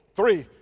three